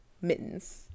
mittens